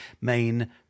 main